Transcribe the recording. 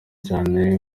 cyane